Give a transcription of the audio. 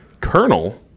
Colonel